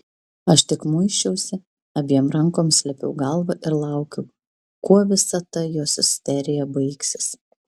aš tik muisčiausi abiem rankom slėpiau galvą ir laukiau kuo visa ta jos isterija baigsis